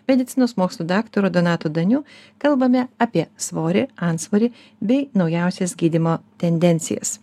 medicinos mokslų daktaru donatu daniu kalbame apie svorį antsvorį bei naujausias gydymo tendencijas